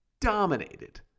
Dominated